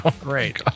great